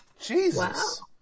Jesus